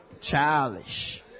Childish